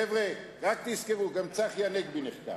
חבר'ה, רק תזכרו, גם צחי הנגבי נחקר.